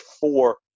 four